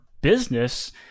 business